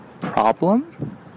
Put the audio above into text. Problem